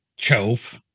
Chove